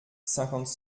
cinquante